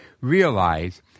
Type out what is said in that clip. realize